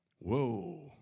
Whoa